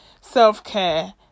self-care